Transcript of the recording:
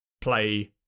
play